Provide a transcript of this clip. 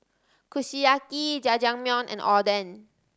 Kushiyaki Jajangmyeon and Oden